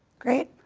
great.